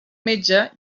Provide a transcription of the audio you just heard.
metge